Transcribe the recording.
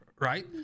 right